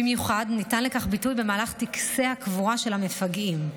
במיוחד ניתן לכך ביטוי במהלך טקסי הקבורה של המפגעים.